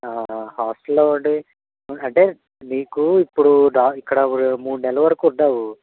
హస్టల్లో ఉండి అంటే మీకు ఇప్పుడు న ఇక్కడ మూడు నెలల వరకు ఉన్నావు